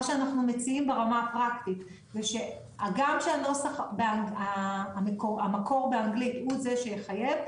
שאנחנו מציעים ברמה הפרקטית הוא שהגם שהמקור באנגלית הוא זה שיחייב,